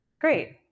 great